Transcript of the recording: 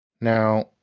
Now